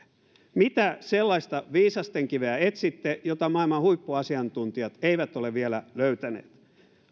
mitä sellaista viisastenkiveä etsitte jota maailman huippuasiantuntijat eivät ole vielä löytäneet